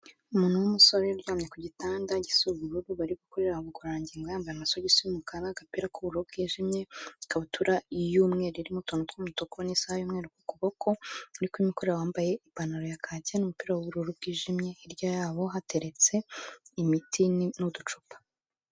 Umuntu w'umusore uryamye ku gitanda gisa ubururu, bari gukorera ubugororangingo, yambaye amasogisi y'umukara, agapira k'ubururu bwijimye, ikabutura y'umweru irimo utuntu tw'umutuku n'isaha y'umweru ku kuboko, urikubimukorera yambaye ipantaro ya kaki n'umupira w'ubururu bwijimye, hirya yabo hateretse imitini n'uducupa.